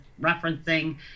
referencing